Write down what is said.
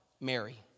Mary